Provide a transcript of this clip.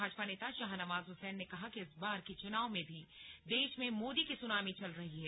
भाजपा नेता शाहनवाज हुसैन ने कहा कि इस बार के चुनाव में भी देश में मोदी की सुनामी चल रही है